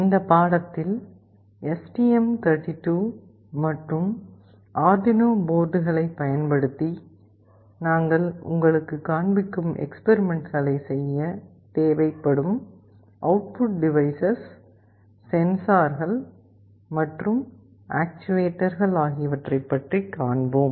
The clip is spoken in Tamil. இந்த பாடத்தில் எஸ்டிஎம்32 மற்றும் ஆர்டுயினோ போர்டுகளைப் பயன்படுத்தி நாங்கள் உங்களுக்குக் காண்பிக்கும் பரிசோதனைகளை செய்ய தேவைப்படும் அவுட்புட் டிவைஸஸ் சென்சார்கள் மற்றும் ஆக்சுவேட்டர்கள் ஆகியவற்றை பற்றி காண்போம்